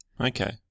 Okay